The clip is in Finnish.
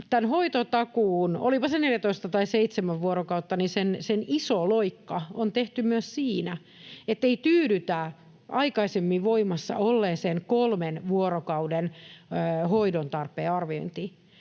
Tämän hoitotakuun, olipa se 14 tai seitsemän vuorokautta, iso loikka on tehty myös siinä, ettei tyydytä aikaisemmin voimassa olleeseen kolmen vuorokauden hoidon tarpeen arviointiin,